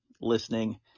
listening